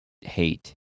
hate